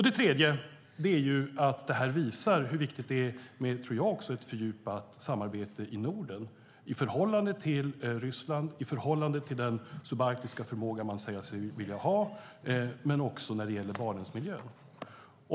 Den tredje slutsatsen är att det här visar hur viktigt det också är med ett fördjupat samarbete i Norden i förhållande till Ryssland, i förhållande till den subarktiska förmåga man säger sig vilja ha, men också när det gäller Barentsmiljön.